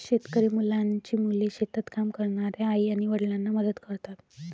शेतकरी मुलांची मुले शेतात काम करणाऱ्या आई आणि वडिलांना मदत करतात